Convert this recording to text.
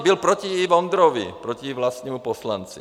Byl i proti Vondrovi, proti vlastnímu poslanci.